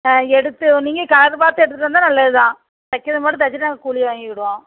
ஆ எடுத்து நீங்கள் கலர் பார்த்து எடுத்துட்டு வந்தால் நல்லதுதான் தைக்கிறது மட்டும் தைச்சிட்டு நாங்கள் கூலி வாங்கிக்கிவோம்